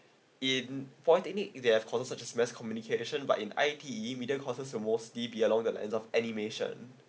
in polytechnic they have concern such as mass communication but in I_T media courses are mostly be along the lines of animation